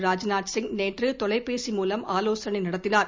ராஜ்நாத் சிங் நேற்று தொலைபேசி மூலம் ஆலோசனை நடத்தினார்